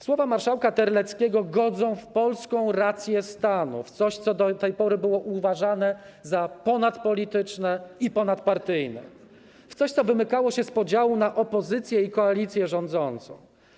Słowa marszałka Terleckiego godzą w polską rację stanu, w coś, co do tej pory było uważane za ponadpolityczne i ponadpartyjne, w coś, co wymykało się z podziału na opozycję i koalicję rządzącą.